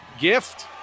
Gift